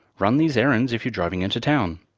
run these errands if you're driving into town.